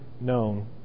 known